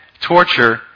torture